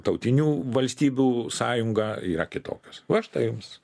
tautinių valstybių sąjunga yra kitokios va štai jums